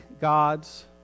God's